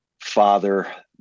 father